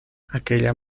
aquella